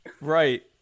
right